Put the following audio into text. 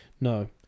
No